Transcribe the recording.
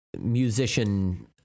musician